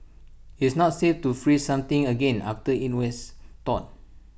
it's not safe to freeze something again after IT was thawed